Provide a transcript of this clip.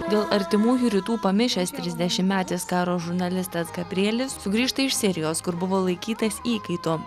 dėl artimųjų rytų pamišęs trisdešimtmetis karo žurnalistas gabrielis sugrįžta iš sirijos kur buvo laikytas įkaitu